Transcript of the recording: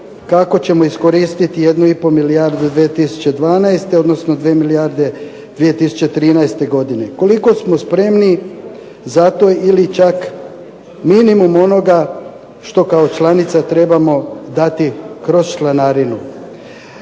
kako ćemo iskoristiti jednu i po milijardu 2012., odnosno 2 milijarde 2013. godine. Koliko smo spremni za to ili čak minimum onoga što kao članica trebamo dati kroz članarinu.